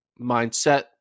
mindset